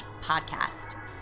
podcast